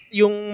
yung